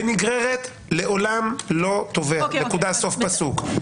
בנגררת לעולם לא תובע נקודה, סוף פסוק.